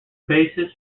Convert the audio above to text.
basis